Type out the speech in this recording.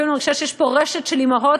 לפעמים אני מרגישה שיש פה רשת של אימהות,